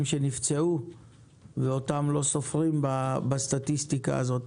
שנפצעו ואותם לא סופרים בסטטיסטיקה הזאת.